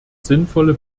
sinnvolle